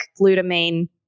glutamine